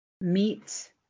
meet